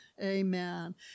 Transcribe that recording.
Amen